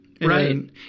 Right